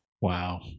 Wow